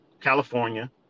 California